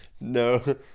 No